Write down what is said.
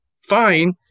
fine